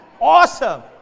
Awesome